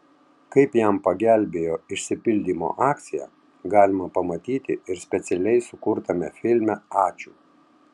kaip jam pagelbėjo išsipildymo akcija galima pamatyti ir specialiai sukurtame filme ačiū